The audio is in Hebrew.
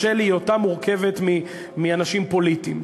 בשל היותה מורכבת מאנשים פוליטיים.